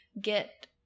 get